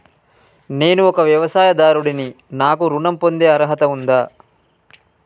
నేను ఒక వ్యవసాయదారుడిని నాకు ఋణం పొందే అర్హత ఉందా?